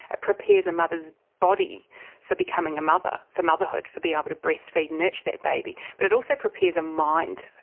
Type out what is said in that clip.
ah prepares a mother's body for becoming a mother, for motherhood, to be able to breast feed and nurture that baby. but it also prepares a mind,